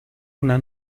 una